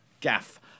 gaff